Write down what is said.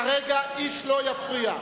כרגע איש לא יפריע.